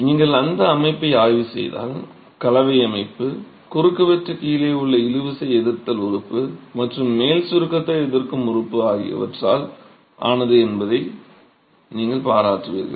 நீங்கள் அந்த அமைப்பை ஆய்வு செய்தால் கலவை அமைப்பு குறுக்குவெட்டு கீழே உள்ள இழுவிசை எதிர்த்தல் உறுப்பு மற்றும் மேல் சுருக்கத்தை எதிர்க்கும் உறுப்பு ஆகியவற்றால் ஆனது என்பதை நீங்கள் பாராட்டுவீர்கள்